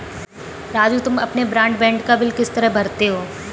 राजू तुम अपने ब्रॉडबैंड का बिल किस तरह भरते हो